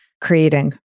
creating